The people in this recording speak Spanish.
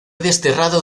desterrado